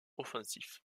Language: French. offensif